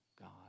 god